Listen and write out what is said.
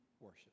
worship